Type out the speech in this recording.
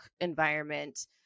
environment